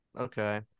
Okay